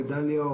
בדליה,